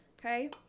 okay